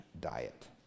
diet